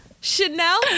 Chanel